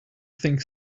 think